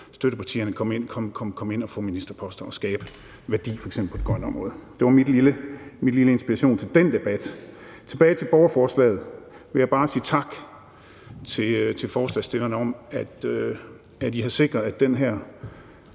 støttepartierne komme ind og få ministerposter og skabe værdi på f.eks. det grønne område. Det var min lille inspiration til den debat. Tilbage til borgerforslaget: Jeg vil bare sige tak til forslagsstillerne, fordi I har sikret, at den her